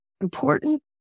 important